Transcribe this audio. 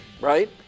Right